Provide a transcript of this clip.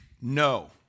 no